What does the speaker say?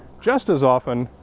just as often,